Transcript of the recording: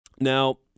Now